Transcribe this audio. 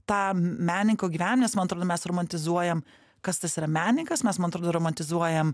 tą menininko gyvenimą nes man atrodo mes romantizuojam kas tas yra menininkas mes man atrodo romantizuojam